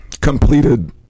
completed